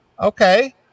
Okay